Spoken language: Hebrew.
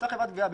אותה חברת גבייה,